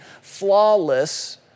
flawless